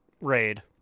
raid